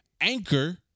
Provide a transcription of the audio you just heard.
Anchor